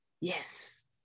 Yes